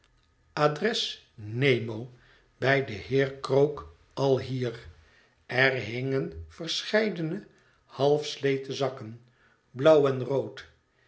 adres nemo bij den heer krook alhier er hingen verscheidene halfsleten zakken blauw en rood